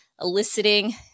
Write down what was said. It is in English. eliciting